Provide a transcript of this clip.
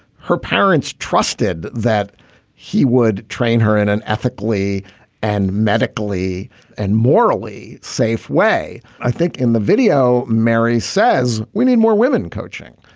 her parents trusted that he would train her in an ethically and medically and morally safe way. i think in the video mary says we need more women coaching.